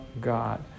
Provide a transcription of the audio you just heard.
God